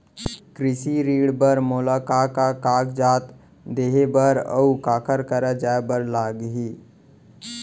कृषि ऋण बर मोला का का कागजात देहे बर, अऊ काखर करा जाए बर लागही?